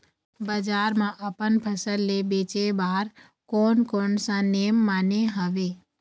बजार मा अपन फसल ले बेचे बार कोन कौन सा नेम माने हवे?